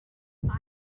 the